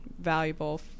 valuable